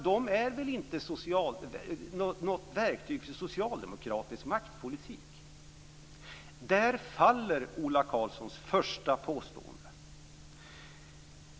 De är väl inte något verktyg för socialdemokratisk maktpolitik. Där faller Ola Karlssons första påstående.